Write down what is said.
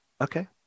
Okay